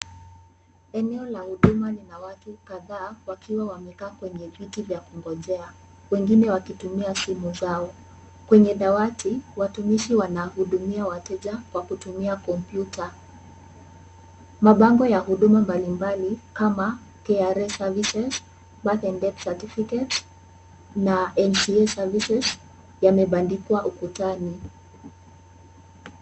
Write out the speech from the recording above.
Eneo la huduma lina watu kadhaa wakiwa wamekaa kwenye viti vya kungojea. Wengine wakitumia simu zao. Kwenye dawati, watumishi wana hudumia wateja kwa kutumia kompyuta. Mabango ya huduma mbalimbali kama KRA Services, Birth and Death Certificates , na NCA Services yamebandikwa ukutani.